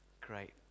Great